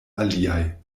aliaj